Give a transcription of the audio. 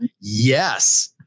yes